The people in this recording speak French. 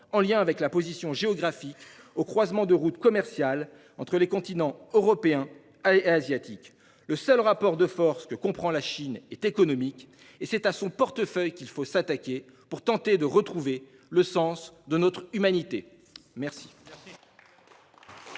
du fait de sa situation géographique, au croisement de routes commerciales entre les continents européen et asiatique. Le seul rapport de force que comprend la Chine est économique, et c'est à son portefeuille qu'il faut s'attaquer pour tenter de retrouver le sens de notre humanité. La